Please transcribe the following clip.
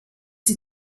die